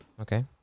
Okay